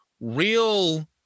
real